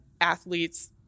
athletes